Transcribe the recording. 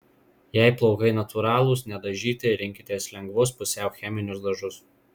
jei plaukai natūralūs nedažyti rinkitės lengvus pusiau cheminius dažus